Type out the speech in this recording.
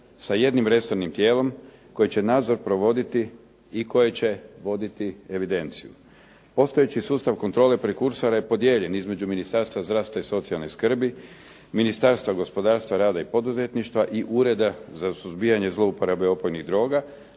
sa jednim resornim tijelom koje će nadzor provoditi i koje će voditi evidenciju. Postojeći sustav kontrole prekursora je podijeljen između Ministarstva zdravstva i socijalne skrbi, Ministarstva gospodarstva, rada i poduzetništva i Ureda za suzbijanje zlouporabe opojnih droga,